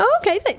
Okay